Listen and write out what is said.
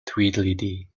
tweedledee